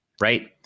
Right